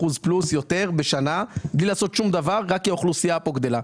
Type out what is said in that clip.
אחוז פלוס יותר בשנה בלי לעשות שום דבר רק אם האוכלוסייה פה גדלה.